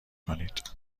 کنید